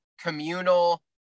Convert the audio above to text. communal